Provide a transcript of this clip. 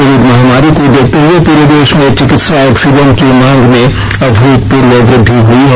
Covid महामारी को देखते हुए पूरे देश में चिकित्सा ऑक्सीजन की मांग में अभूतपूर्व वृद्धि हई है